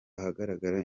ahagaragara